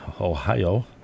ohio